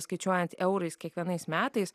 skaičiuojant eurais kiekvienais metais